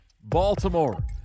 Baltimore